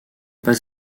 pas